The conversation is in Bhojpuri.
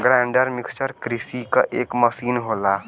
ग्राइंडर मिक्सर कृषि क एक मसीन होला